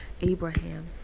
Abraham